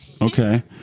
Okay